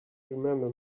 remember